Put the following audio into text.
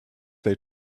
they